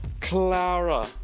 Clara